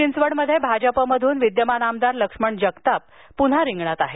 चिंचवडमध्ये भाजपकडून विद्यमान आमदार लक्ष्मण जगताप पुन्हा रिंगणात आहेत